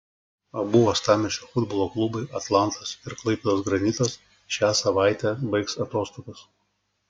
abu uostamiesčio futbolo klubai atlantas ir klaipėdos granitas šią savaitę baigs atostogas